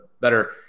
better